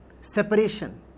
separation